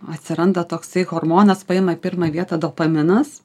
atsiranda toksai hormonas paima pirmą vietą dopaminas